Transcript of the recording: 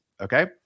Okay